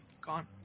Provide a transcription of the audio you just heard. gone